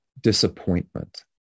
disappointment